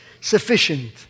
sufficient